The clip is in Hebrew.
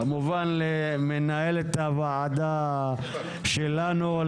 כמובן למנהלת הוועדה שלנו,